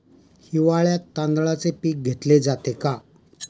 हिवाळ्यात तांदळाचे पीक घेतले जाते का?